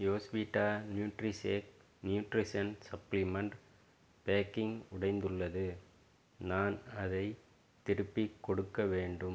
யோஸ்விட்டா Nutrishake nutrition supplement packing உடைந்துள்ளது நான் அதைத் திருப்பிக் கொடுக்க வேண்டும்